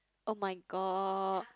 oh-my-god